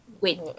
Wait